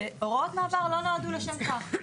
הוראות מעבר לא נועדו לשם כך.